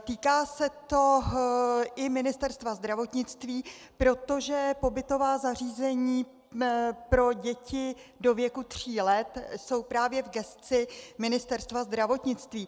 Týká se to i Ministerstva zdravotnictví, protože pobytová zařízení pro děti do věku tří let jsou právě v gesci Ministerstva zdravotnictví.